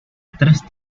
tres